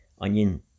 onion